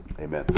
Amen